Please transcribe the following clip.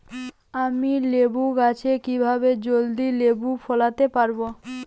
আমি লেবু গাছে কিভাবে জলদি লেবু ফলাতে পরাবো?